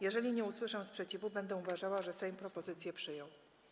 Jeżeli nie usłyszę sprzeciwu, będę uważała, że Sejm propozycje przyjął.